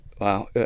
Wow